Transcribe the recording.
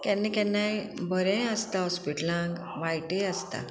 केन्ना केन्नाय बरेंय आसता हॉस्पिटलांक वायटय आसता